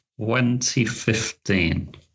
2015